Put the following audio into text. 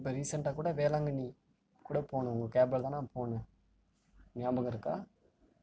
இப்போ ரீசெண்ட்டாக கூட வேளாங்கண்ணி கூட போனோம் உங்கள் கேபில் தான் நான் போனே நியாபகமிருக்கா